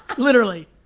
literally,